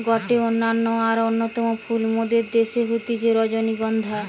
গটে অনন্য আর অন্যতম ফুল মোদের দ্যাশে হতিছে রজনীগন্ধা